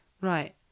right